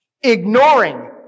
ignoring